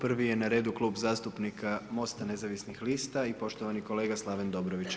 Prvi je na redu Klub zastupnika Mosta nezavisnih lista i poštovani kolega Slaven Dobrović.